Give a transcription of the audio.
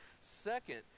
Second